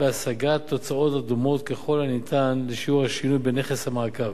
השגת תוצאות הדומות ככל הניתן לשיעור השינוי בנכס המעקב.